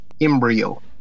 embryo